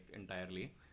entirely